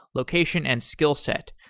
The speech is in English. location, and skill set.